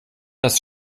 das